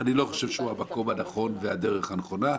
אני לא חושב שהוא המקום הנכון והדרך הנכונה.